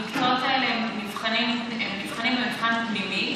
במקצועות האלה הם נבחנים במבחן פנימי,